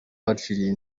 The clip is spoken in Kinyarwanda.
twaciye